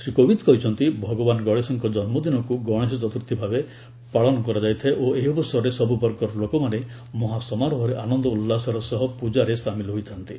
ଶ୍ରୀ କୋବିନ୍ଦ କହିଛନ୍ତି ଭଗବାନ ଗଣେଶଙ୍କ ଜନ୍ମଦିନକୁ ଗଣେଶ ଚତୁର୍ଥୀ ଭାବେ ପାଳନ କରାଯାଇଥାଏ ଓ ଏହି ଅବସରରେ ସବୁବର୍ଗର ଲୋକମାନେ ମହାସମାରୋହରେ ଆନନ୍ଦ ଉଲ୍ଲାସର ସହ ପ୍ରଜାରେ ସାମିଲ ହୋଇଥାନ୍ତି